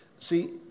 See